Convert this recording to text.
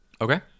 Okay